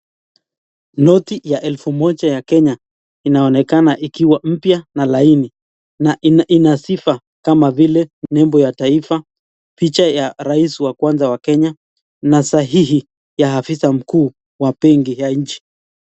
Noti ya elfu moja ya kenya inaonekana ikiwa mpya na laini na ina sifa kam vile nembo ya taifa picha ya rais wa kwanza wa Kenya na sahihi ya afisa mkuu wa benki ya nchi.